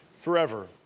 forever